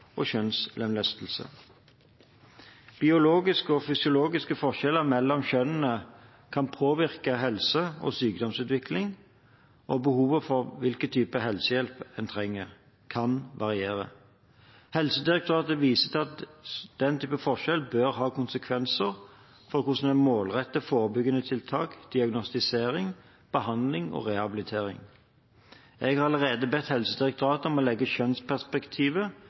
og kjønnslemlestelse. Biologiske og fysiologiske forskjeller mellom kjønnene kan påvirke helse og sykdomsutvikling, og behovet for hva slags helsehjelp man trenger, kan variere. Helsedirektoratet viser til at den typen forskjeller bør ha konsekvenser for hvordan man målretter forebyggende tiltak, diagnostisering, behandling og rehabilitering. Jeg har allerede bedt Helsedirektoratet om å legge kjønnsperspektivet